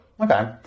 Okay